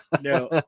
No